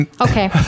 Okay